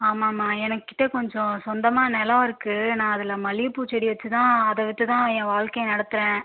ஆமாம்மா எங்கிட்ட கொஞ்சம் சொந்தமாக நிலம் இருக்குது நான் அதில் மல்லிகைப்பூ செடி வச்சு தான் அதை விற்று தான் என் வாழ்க்கையை நடத்துகிறேன்